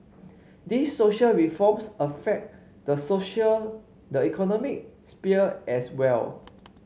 these social reforms affect the social the economic sphere as well